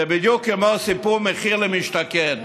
זה בדיוק כמו סיפור מחיר למשתכן.